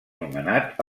nomenat